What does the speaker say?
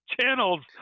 channel's